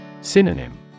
Synonym